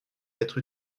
être